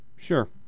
Sure